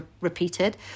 repeated